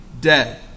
dead